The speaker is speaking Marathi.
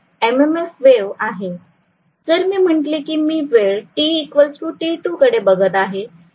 जर मी म्हटले की मी वेळ t t2 कडे बघत आहे